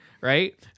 right